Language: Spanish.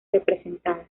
representada